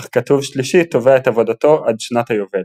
אך כתוב שלישי תובע את עבודתו עד שנת היובל.